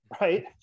Right